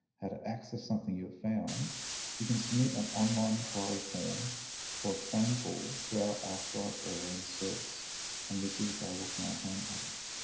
how to access something you've found you can submit an online enquiry form or a phone call through our ask a librarian service and this is available from our homepage.